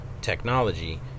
technology